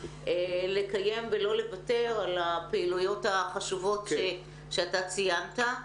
לקיים ולא לוותר על הפעילויות החשובות שאתה ציינת.